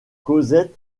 cosette